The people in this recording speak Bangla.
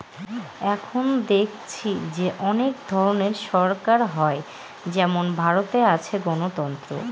এখন দেখেছি যে অনেক ধরনের সরকার হয় যেমন ভারতে আছে গণতন্ত্র